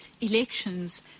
elections